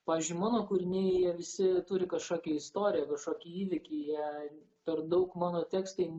pavyzdžiui mano kūriniai jie visi turi kažkokį istoriją kažkokį įvykį jie per daug mano tekstai